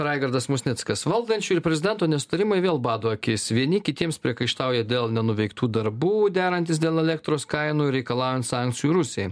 raigardas musnickas valdančių ir prezidento nesutarimai vėl bado akis vieni kitiems priekaištauja dėl nenuveiktų darbų derantis dėl elektros kainų reikalaujant sankcijų rusijai